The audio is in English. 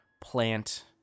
Plant